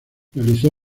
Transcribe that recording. realizó